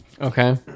Okay